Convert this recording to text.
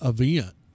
event